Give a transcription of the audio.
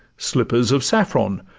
slippers of saffron,